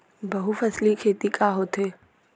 बहुफसली खेती का होथे?